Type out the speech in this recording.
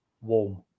warm